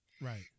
Right